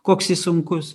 koks jis sunkus